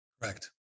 Correct